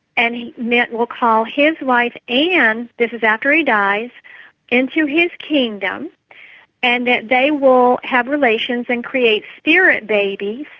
and mitt will call his wife anne this is after he dies into his kingdom and that they will have relations and create spirit babies,